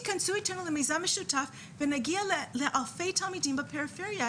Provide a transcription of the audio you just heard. ונגיע לאלפי תלמידים בפריפריה,